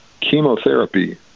chemotherapy